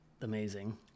amazing